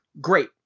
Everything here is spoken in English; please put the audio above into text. Great